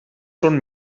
són